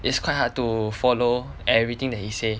it's quite hard to follow everything that he say